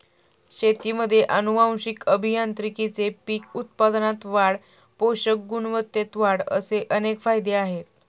शेतीमध्ये आनुवंशिक अभियांत्रिकीचे पीक उत्पादनात वाढ, पोषक गुणवत्तेत वाढ असे अनेक फायदे आहेत